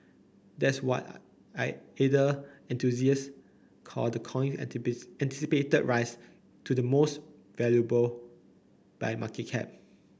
that's what ether enthusiasts call the coin anticipated rise to the most valuable by market cap